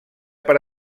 per